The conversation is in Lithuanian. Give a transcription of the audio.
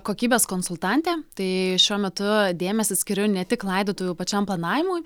kokybės konsultantė tai šiuo metu dėmesį skiriu ne tik laidotuvių pačiam planavimui